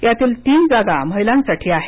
यातील तीन जागा महिलांसाठी आहेत